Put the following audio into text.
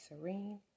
serene